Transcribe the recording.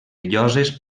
lloses